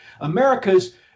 America's